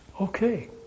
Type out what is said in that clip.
Okay